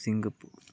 Singapore